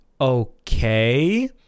Okay